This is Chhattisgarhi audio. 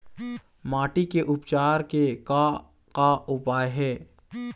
माटी के उपचार के का का उपाय हे?